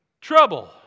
Trouble